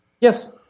Yes